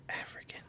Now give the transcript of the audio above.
African